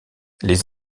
les